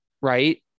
right